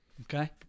Okay